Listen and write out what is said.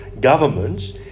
governments